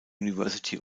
university